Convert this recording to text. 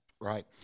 Right